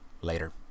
Later